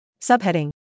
Subheading